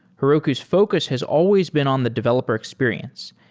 heroku's focus has always been on the developer experience,